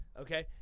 Okay